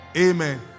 Amen